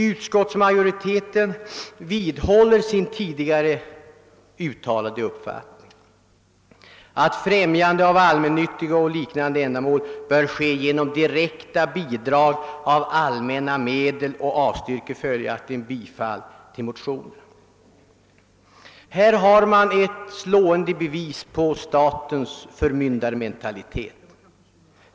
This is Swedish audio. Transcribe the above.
Utskottsmajoriteten vidhåller sin tidigare uttalade uppfattning, att främjande av allmännyttiga och liknande ändamål bör ske genom direkta bidrag av allmänna medel, och avstyrker följaktligen bifall till motionerna. Här har man ett slående bevis på statens förmyndarmentalitet.